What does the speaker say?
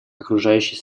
окружающей